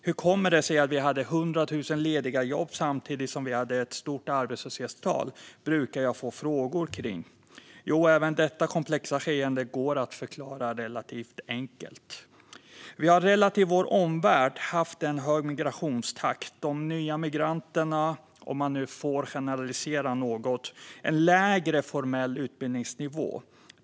Hur kommer det sig att vi hade 100 000 lediga jobb samtidigt som vi hade ett stort arbetslöshetstal? Detta brukar jag få frågor om. Jo, även detta komplexa skeende går att förklara relativt enkelt. Vi har i relation till vår omvärld haft en hög migrationstakt. De nya migranterna har, om man nu får generalisera något, en lägre formell utbildningsnivå.